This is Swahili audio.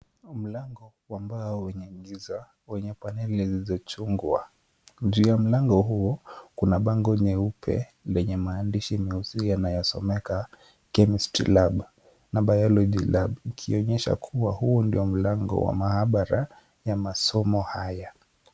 Mlango wa mbao wenye panelezi za chungwa. Juu ya mlango huo kuna bango nyeupe yenye maandishi mazuri yanayosomeka chemistry lab na biology lab , ikionyesha kuwa huu ndio mlango wa maabara ya masomo haya.